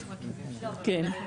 שמונה.